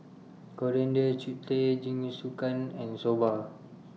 Coriander Chutney Jingisukan and Soba